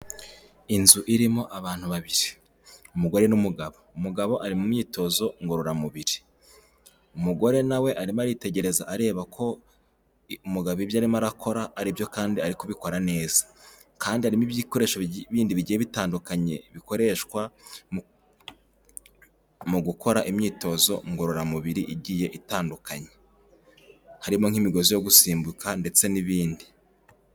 Inzu irimo abantu babiri, umugore n'umugabo. Umugabo ari mu myitozo ngororamubiri. Umugore na we arimo aritegereza areba ko umugabo ibyo arimo arakora ari byo, kandi ari kubikora neza. Kandi harimo ibikoresho bindi bigiye bitandukanye, bikoreshwa mu gukora imyitozo ngororamubiri igiye itandukanye. Harimo nk'imigozi yo gusimbuka ndetse n'ibindi.